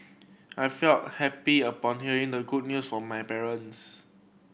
I felt happy upon hearing the good news from my parents